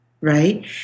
Right